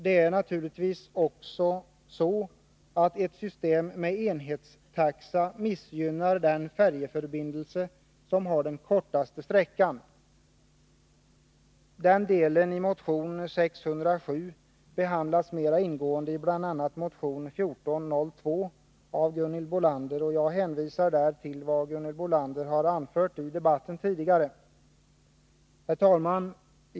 Det är naturligtvis också så, att ett system med enhetstaxa missgynnar den färjeförbindelse som har den kortaste sträckan. Den delen av motion 607 behandlas mer ingående i motion 1402 av Gunhild Bolander. Jag hänvisar härvidlag till vad Gunhild Bolander tidigare anfört i debatten. Herr talman!